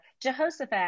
Jehoshaphat